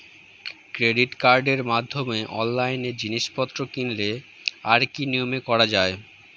Credit কার্ডের মাধ্যমে অনলাইনে জিনিসপত্র কিনলে তার কি নিয়মে করা যায়?